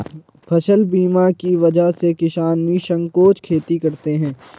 फसल बीमा की वजह से किसान निःसंकोच खेती करते हैं